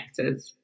connectors